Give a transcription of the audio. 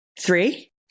three